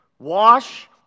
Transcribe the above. Wash